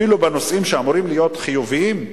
אפילו בנושאים שאמורים להיות חיוביים,